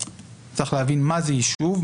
צריך להבין מה זה יישוב,